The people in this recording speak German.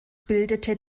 bildete